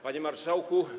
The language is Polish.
Panie Marszałku!